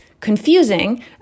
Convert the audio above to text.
confusing